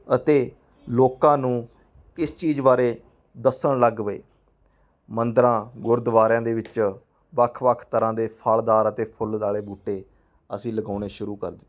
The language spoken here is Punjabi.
ਅਤੇ ਲੋਕਾਂ ਨੂੰ ਇਸ ਚੀਜ਼ ਬਾਰੇ ਦੱਸਣ ਲੱਗ ਪਏ ਮੰਦਰਾਂ ਗੁਰਦੁਆਰਿਆਂ ਦੇ ਵਿੱਚ ਵੱਖ ਵੱਖ ਤਰ੍ਹਾਂ ਦੇ ਫਲਦਾਰ ਅਤੇ ਫੁੱਲ ਵਾਲੇ ਬੂਟੇ ਅਸੀਂ ਲਗਾਉਣੇ ਸ਼ੁਰੂ ਕਰ ਦਿੱਤੇ